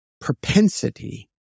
propensity